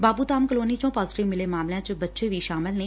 ਬਾਪੂ ਧਾਮ ਕਲੋਨੀ ਚੋ ਪਾਜ਼ੇਟਿਵ ਮਿਲੇ ਮਾਮਲਿਆਂ ਚ ਬੱਚੇ ਵੀ ਸ਼ਾਮਲ ਨੇ